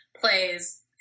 plays